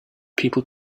people